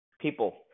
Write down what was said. people